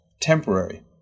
temporary